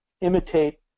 imitate